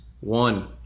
One